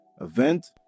event